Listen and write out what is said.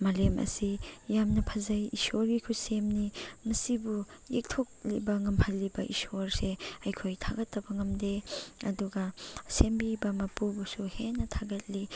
ꯃꯥꯂꯦꯝ ꯑꯁꯤ ꯌꯥꯝꯅ ꯐꯖꯩ ꯏꯁꯣꯔꯒꯤ ꯈꯨꯠꯁꯦꯝꯅꯤ ꯃꯁꯤꯕꯨ ꯌꯦꯛꯊꯣꯛꯂꯤꯕ ꯉꯝꯍꯜꯂꯤꯕ ꯏꯁꯣꯔꯁꯦ ꯑꯩꯈꯣꯏ ꯊꯥꯒꯠꯇꯕ ꯉꯝꯗꯦ ꯑꯗꯨꯒ ꯁꯦꯝꯕꯤꯕ ꯃꯄꯨꯕꯨꯁꯨ ꯍꯦꯟꯅ ꯊꯥꯒꯠꯂꯤ